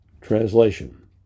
translation